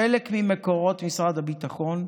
חלק ממקורות משרד הביטחון,